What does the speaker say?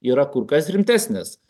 yra kur kas rimtesnės